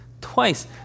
Twice